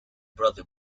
brother